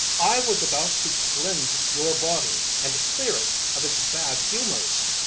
i was about to cleanse your body, and to clear it of its bad humours.